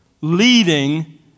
leading